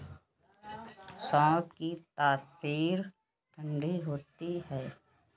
सौंफ की तासीर ठंडी होती है